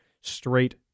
straight